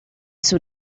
suo